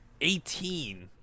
Eighteen